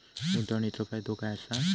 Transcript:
गुंतवणीचो फायदो काय असा?